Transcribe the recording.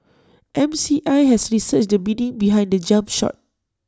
M C I has researched the meaning behind the jump shot